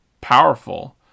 powerful